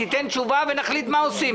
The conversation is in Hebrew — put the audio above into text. תן תשובה ונחליט מה עושים.